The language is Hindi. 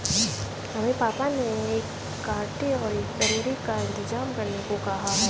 हमें पापा ने एक कांटे और एक डंडे का इंतजाम करने को कहा है